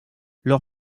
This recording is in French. leur